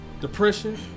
depression